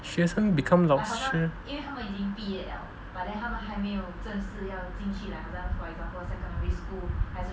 学生 become 老师